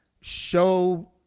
show